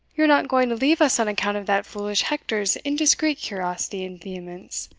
you are not going to leave us on account of that foolish hector's indiscreet curiosity and vehemence?